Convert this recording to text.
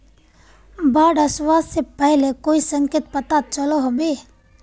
बाढ़ ओसबा से पहले कोई संकेत पता चलो होबे?